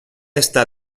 está